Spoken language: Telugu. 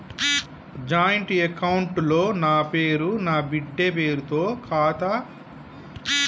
జాయింట్ అకౌంట్ లో నా పేరు నా బిడ్డే పేరు తో కొత్త ఖాతా ఎలా తెరవాలి?